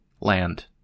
land